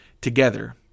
together